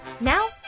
Now